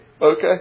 okay